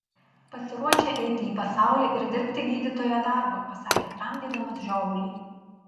pasiruošę eiti į pasaulį ir dirbti gydytojo darbą pasakė tramdydamas žiovulį